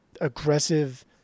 aggressive